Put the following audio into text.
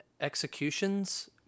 executions